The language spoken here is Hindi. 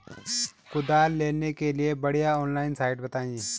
कुदाल लेने के लिए बढ़िया ऑनलाइन साइट बतायें?